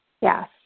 Yes